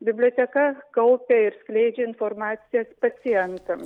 biblioteka kaupia ir skleidžia informaciją pacientams